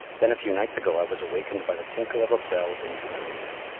then a few nights ago i was awakened by the tinkle of a bell beneath my window.